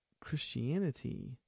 Christianity